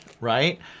Right